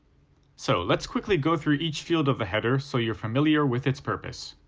so, let's quickly go through each field of the header so you're familiar with its purpose.